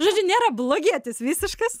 žodžiu nėra blogietis visiškas